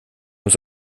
muss